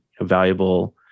valuable